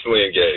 engaged